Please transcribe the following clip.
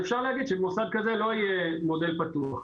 אפשר להגיד שבמוסד כזה לא יהיה מודל פתוח.